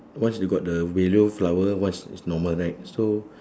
because you got the yellow flower one is normal right so